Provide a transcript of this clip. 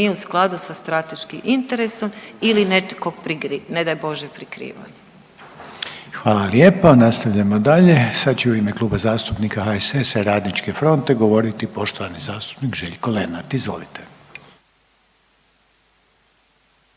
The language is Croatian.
u skladu sa strateškim interesom ili netko .../nerazumljivo/... ne daj Bože prikrivanja. **Reiner, Željko (HDZ)** Hvala lijepo. Nastavljamo dalje. Sad će u ime Kluba zastupnika HSS-a i Radničke fronte govoriti poštovani zastupnik Željko Lenart, izvolite.